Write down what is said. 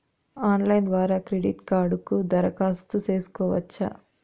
Online ద్వారా credit కార్డుకు దరఖాస్తు సేసుకోవచ్చా?